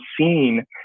seen